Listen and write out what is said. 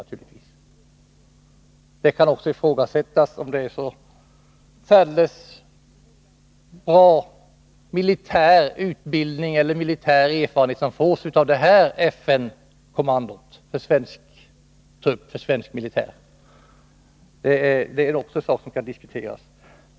Man kan också ifrågasätta om det här militärkommandot ger en så särskilt bra militär utbildning eller så särskilt värdefulla militära erfarenheter. Det är också en sak som kan diskuteras.